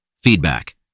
feedback